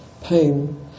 pain